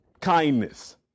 kindness